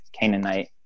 Canaanite